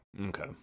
Okay